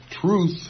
truth